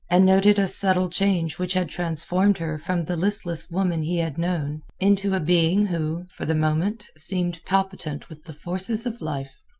and noted a subtle change which had transformed her from the listless woman he had known into a being who, for the moment, seemed palpitant with the forces of life.